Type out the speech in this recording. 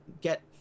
get